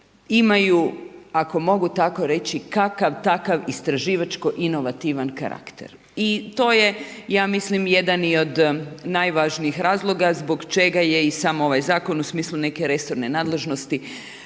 imaju, ako mogu tako reći, kakav takav istraživački inovativan karakter. I to je ja mislim jedan od najvazalnijih razloga, zbog čega je sam ovaj zakon, u smislu neke resorne nadležnosti